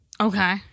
Okay